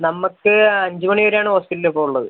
നമുക്ക് അഞ്ച് മണി വരെയാണ് ഹോസ്പിറ്റൽ ഇപ്പം ഉള്ളത്